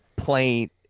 plain